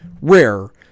rare